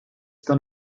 dann